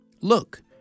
Look